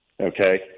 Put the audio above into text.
Okay